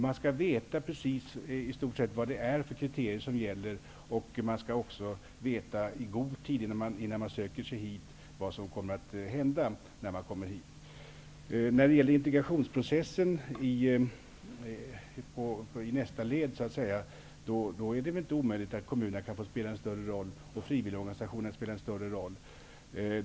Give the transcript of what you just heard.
Man skall i stort sett veta vilka kriterier som gäller och även i god tid innan man försöker ta sig hit kunna ha kännedom om vad som skall hända när man kommer hit. När det gäller integrationsprocessen i nästa led är det väl inte omöjligt att kommunerna och frivil ligorganisationerna kan få spela en större roll.